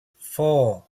four